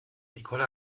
nicole